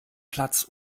platz